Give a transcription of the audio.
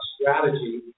strategy